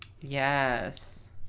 Yes